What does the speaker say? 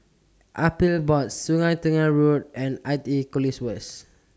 Appeals Board Sungei Tengah Road and I T E College West